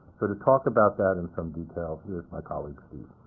so to talk about that in some detail, here's my colleague, steve.